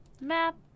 map